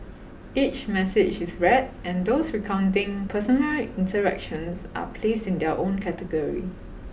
each message is read and those recounting personal interactions are placed in their own category